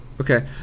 Okay